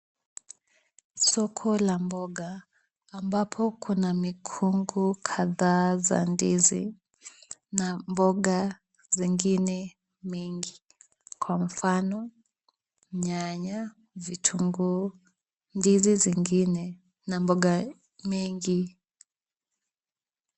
Soko la mboga ambapo kuna mikungu kadhaa ya ndizi na mboga zingine nyingi, kwa mfano; nyanya, vitunguu, ndizi zingine na mboga nyingi.